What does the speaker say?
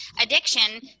addiction